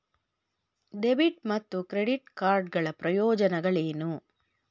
Debit ಮತ್ತು credit card ಗಳ ಪ್ರಯೋಜನಗಳೇನು?